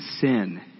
sin